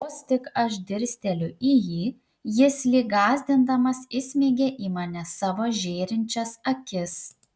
vos tik aš dirsteliu į jį jis lyg gąsdindamas įsmeigia į mane savo žėrinčias akis